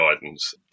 guidance